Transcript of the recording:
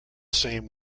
same